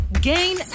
gain